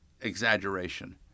exaggeration